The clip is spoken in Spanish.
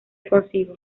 consigo